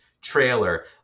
trailer